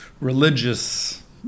religious